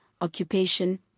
occupation